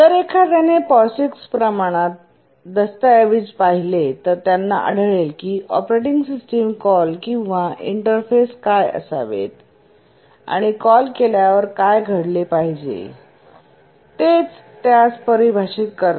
जर एखाद्याने POSIX प्रमाणित दस्तऐवज पाहिले तर त्यांना आढळेल की ऑपरेटिंग सिस्टम कॉल किंवा इंटरफेस काय असावेत आणि कॉल केल्यावर काय घडले पाहिजे तेच त्यास परिभाषित करते